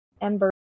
ember